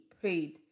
prayed